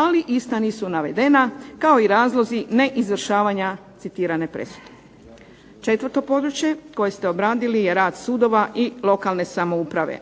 ali ista nisu navedena kao i razlozi neizvršavanja citirane presude. Četvrto područje koje ste obradili je rad sudova i lokalne samouprave.